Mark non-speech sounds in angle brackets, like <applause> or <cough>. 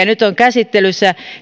<unintelligible> nyt on käsittelyssä